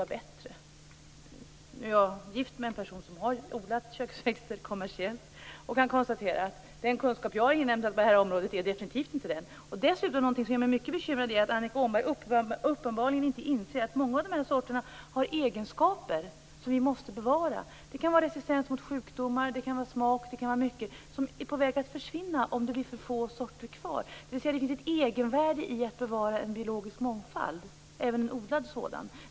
Jag är gift med en person som odlat köksväxter kommersiellt, och jag kan konstatera att den kunskap jag inhämtat på området definitivt inte är denna. Dessutom gör det mig mycket bekymrad att Annika Åhnberg uppenbarligen inte inser att många av sorterna har egenskaper som vi måste bevara. Det kan vara resistens mot sjukdomar, smak eller annat, som är på väg att försvinna om sorterna blir för få. Det finns ett egenvärde i att bevara en biologisk mångfald, även en odlad sådan.